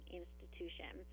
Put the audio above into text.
institution